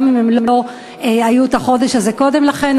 גם אם הן לא קיבלו בחודש הזה קודם לכן.